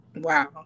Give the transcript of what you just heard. Wow